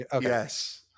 yes